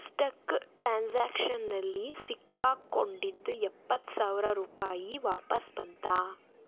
stuck ಟ್ರಾನ್ಸ್ಯಾಕ್ಷನ್ನಲ್ಲಿ ಸಿಕ್ಕಾಕೊಂಡಿದ್ದ ಎಪ್ಪತ್ತು ಸಾವಿರ ರೂಪಾಯಿ ವಾಪಸು ಬಂತಾ